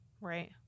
Right